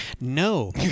No